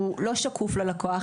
הוא לא שקוף ללקוח.